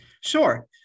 Sure